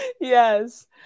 Yes